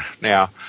Now